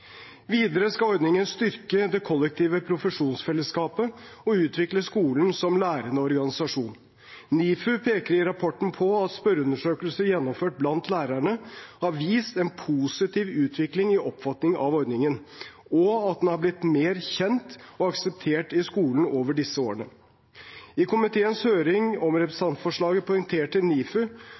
Videre skal ordningen styrke det kollektive profesjonsfellesskapet og utvikle skolen som lærende organisasjon. NIFU peker i rapporten på at spørreundersøkelser gjennomført blant lærerne har vist en positiv utvikling i oppfatningen av ordningen, og at den har blitt mer kjent og akseptert i skolen over disse årene. I komiteens høring om representantforslaget poengterte NIFU